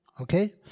Okay